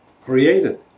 created